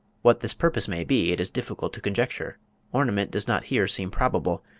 what this purpose may be, it is difficult to conjecture ornament does not here seem probable,